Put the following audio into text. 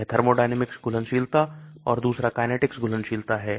यह thermodynamics घुलनशीलता और दूसरा kinetic घुलनशीलता है